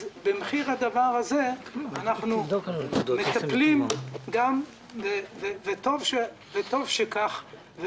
אז במחיר הדבר הזה אנחנו מטפלים, וטוב שכך.